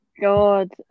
God